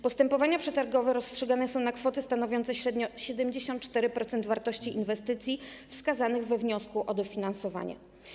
Postępowania przetargowe rozstrzygane są na kwoty stanowiące średnio 74% wartości inwestycji wskazanych we wniosku o dofinansowanie.